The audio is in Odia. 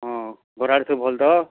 ହଁ ଘର୍ ଆଡ଼େ ସବୁ ଭଲ୍ ତ